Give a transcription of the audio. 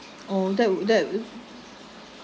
oh that would that